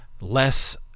Less